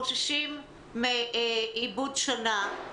מאיבוד שנה,